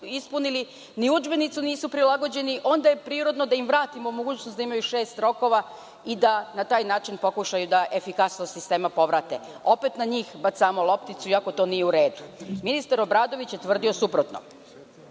ispunili, ni udžbenici nisu prilagođeni, onda je prirodno da im vratimo mogućnost da imaju šest rokova i da na taj način pokušaju da efikasnost sistema povrate. Opet na njih bacamo lopticu, iako to nije u redu. Ministar Obradović je tvrdio suprotno. Kažete